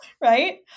Right